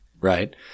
right